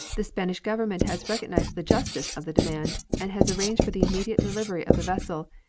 the spanish government has recognized the justice of the demand, and has arranged for the immediate delivery of the vessel,